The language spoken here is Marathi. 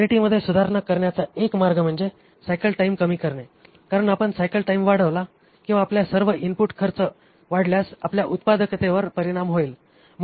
क्वालिटीमध्ये सुधारणा करण्याचा एक मार्ग म्हणजे सायकल टाइम कमी करणे कारण आपण सायकल टाइम वाढवला किंवा आपल्या सर्व इनपुट खर्च वाढल्यास आपल्या उत्पादकतेवर परिणाम होईल